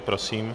Prosím.